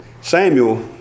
Samuel